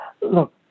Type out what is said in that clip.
look